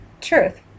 Truth